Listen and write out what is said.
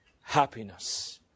Happiness